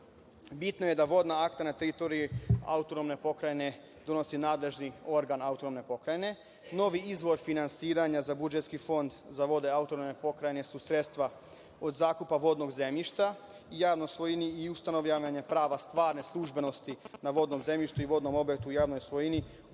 Bitno je da vodna akta na teritoriji Autonomne pokrajine donosi nadležni organ Autonomne pokrajine. Novi izvorfinansiranja za budžetski fond za vode Autonomne pokrajine su sredstva od zakupa vodnog zemljišta u javnoj svojini i ustanovljenje prava stvarne službenosti na vodnom zemljištu i vodnom objektu u javnoj svojini,